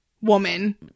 woman